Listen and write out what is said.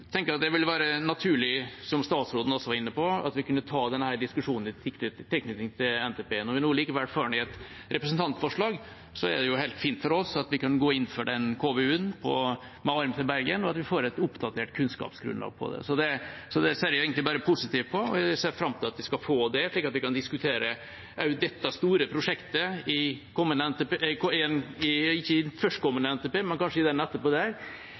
være naturlig, som også statsråden var inne på, at vi kunne ta denne diskusjonen i tilknytning til NTP. Når vi nå likevel får den i forbindelse med et representantforslag, er det helt fint for oss at vi kan gå inn for den KVU-en med armen til Bergen, og at vi får et oppdatert kunnskapsgrunnlag på det. Så det ser jeg egentlig bare positivt på, og jeg ser fram til at vi skal få det, slik at vi kan diskutere også dette store prosjektet i forbindelse med en NTP – ikke den førstkommende, men kanskje den etterpå – for det tror jeg nok er